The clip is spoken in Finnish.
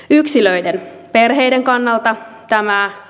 yksilöiden perheiden kannalta tämä